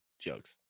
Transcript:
jokes